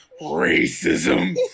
racism